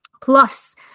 Plus